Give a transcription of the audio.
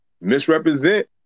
misrepresent